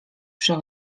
przy